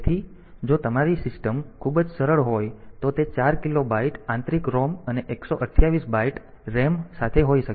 તેથી જો તમારી સિસ્ટમ ખૂબ જ સરળ હોય તો તે 4 કિલોબાઈટ આંતરિક ROM અને 128 બાઈટ RAM સાથે હોઈ શકે છે